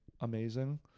amazing